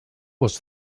was